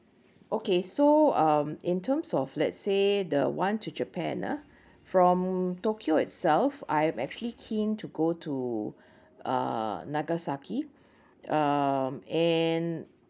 okay so um in terms of let's say the one to japan uh from tokyo itself I am actually keen to go to uh nagasaki um and